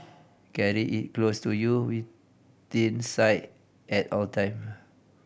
carry it close to you within sight at all time